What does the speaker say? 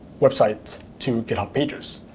website to github pager? so